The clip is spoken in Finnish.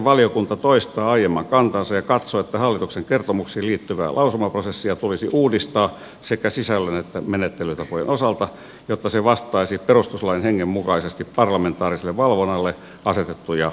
valiokunta toistaa aiemman kantansa ja katsoo että hallituksen kertomuksiin liittyvää lausumaprosessia tulisi uudistaa sekä sisällön että menettelytapojen osalta jotta se vastaisi perustuslain hengen mukaisesti parlamentaariselle valvonnalle asetettuja vaatimuksia